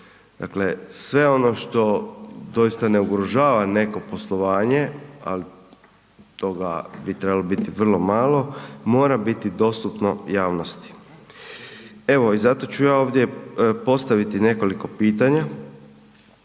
Dakle, sve ono što doista ne ugrožava neko poslovanje, ali toga bi trebalo vrlo malo, mora biti dostupno javnosti. I zato ću ja ovdje postaviti nekoliko pitanja.